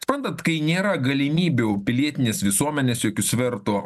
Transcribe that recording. suprantat kai nėra galimybių pilietinės visuomenės jokių sverto